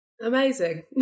Amazing